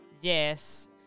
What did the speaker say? Yes